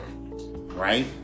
Right